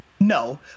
No